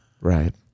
Right